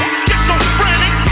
schizophrenic